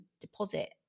deposit